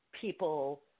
people